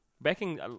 Backing